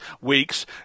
weeks